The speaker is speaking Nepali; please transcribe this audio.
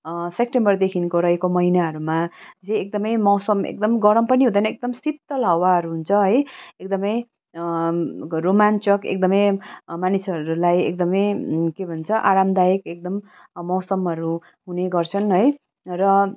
सेप्टेम्बरदेखिको रहेको महिनाहरूमा चाहिँ एकदमै मौसम एकदम गरम पनि हुँदैन एकदम शीतल हावाहरू हुन्छ है एकदमै रोमाञ्चक एकदमै मानिसहरूलाई एकदमै के भन्छ आरामदायक एकदम मौसमहरू हुने गर्छन् है र